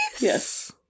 Yes